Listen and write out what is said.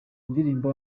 ndirimbo